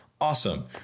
Awesome